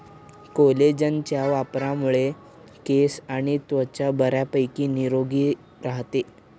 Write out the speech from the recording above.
कोलेजनच्या वापरामुळे केस आणि त्वचा बऱ्यापैकी निरोगी राहते